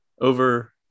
over